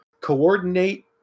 coordinate